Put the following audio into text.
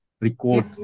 Record